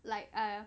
like uh